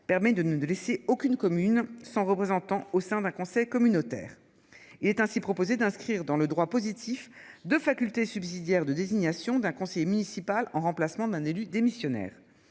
permet de nous de laisser aucune commune son représentant au sein d'un conseil communautaire. Il est ainsi proposé d'inscrire dans le droit positif de facultés subsidiaire de désignation d'un conseiller municipal en remplacement d'un élu démissionnaire.